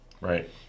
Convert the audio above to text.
Right